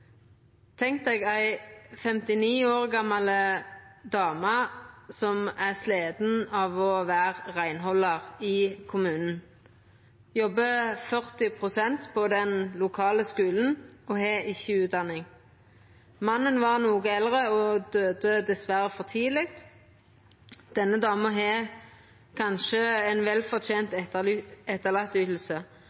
ei 59 år gamal dame som er sliten av å vera reinhaldar i kommunen, ho jobbar 40 pst. på den lokale skulen og har ikkje utdanning. Mannen var noko eldre og døde dessverre for tidleg. Denne dama har kanskje